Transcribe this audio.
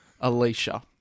Alicia